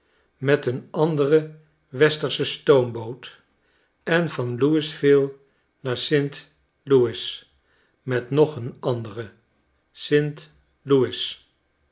met een andere westersche stoomboot j en van louisville naar st louis met nog een andere st louis